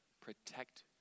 protect